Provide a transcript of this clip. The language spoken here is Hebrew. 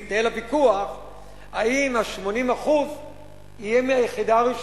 מתנהל הוויכוח האם ה-80% יהיה מהיחידה הראשונה,